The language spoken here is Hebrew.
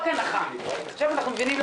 הישיבה ננעלה בשעה 09:32.